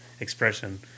Expression